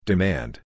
Demand